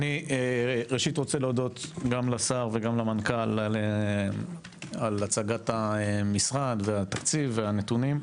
ראשית אני רוצה להודות לשר ולמנכ"ל על הצגת המשרד והתקציב והנתונים.